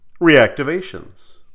Reactivations